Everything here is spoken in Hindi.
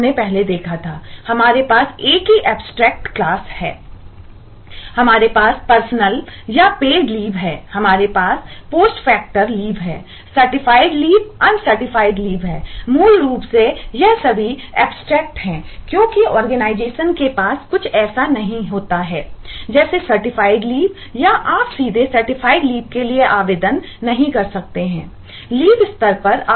हमारे पास पर्सनल जो संभव है